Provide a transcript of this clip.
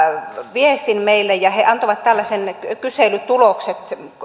viestin meille ja he antoivat tällaisen kyselytuloksen